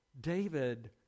David